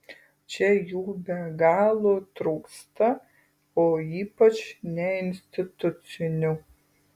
čia jų be galo trūksta o ypač neinstitucinių